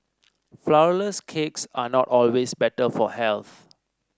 flour less cakes are not always better for health